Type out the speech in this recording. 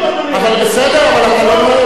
זאת שיא